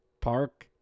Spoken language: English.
Park